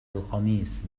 القميص